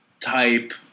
type